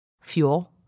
fuel